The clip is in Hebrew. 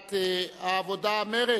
סיעות העבודה-מרצ,